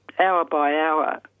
hour-by-hour